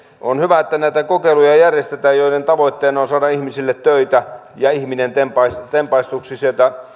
on hyvä että järjestetään näitä kokeiluja joiden tavoitteena on saada ihmisille töitä ja ihminen tempaistuksi tempaistuksi sieltä